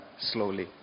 slowly